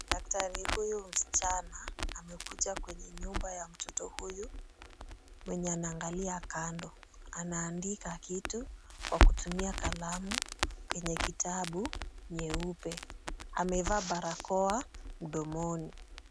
Daktari huyu msichana amekuja kwenye nyumba ya mtoto huyu mwenye anaangalia kando. Anaandika kitu kwa kutumia kalamu kwenye kitabu nyeupe, amevaa barakoa mdomoni.